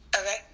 okay